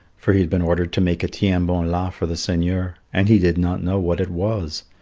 for he had been ordered to make a tiens-bon-la for the seigneur, and he did not know what it was.